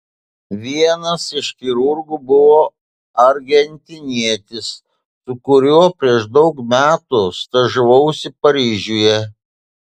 vienas iš chirurgų buvo argentinietis su kuriuo prieš daug metų stažavausi paryžiuje